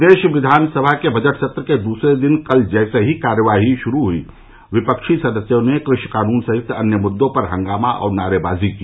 प्रदेश विधानसभा के बजट सत्र के दूसरे दिन कल जैसे ही कार्यवाही शुरू हुई विपक्षी सदस्यों ने कृषि कानून सहित अन्य मुददों पर हंगामा और नारेबाजी की